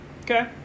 Okay